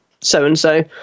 so-and-so